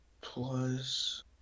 plus